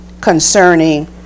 concerning